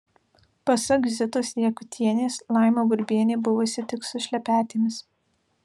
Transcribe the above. pasak zitos jakutienės laima burbienė buvusi tik su šlepetėmis